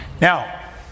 Now